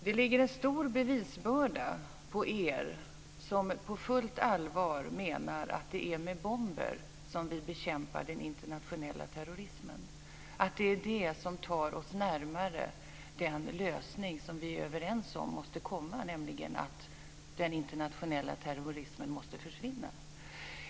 Det ligger en stor bevisbörda på er som på fullt allvar menar att det är med bomber som vi bekämpar den internationella terrorismen, att det är det som tar oss närmare den lösning som vi är överens om måste komma, nämligen att den internationella terrorismen måste försvinna.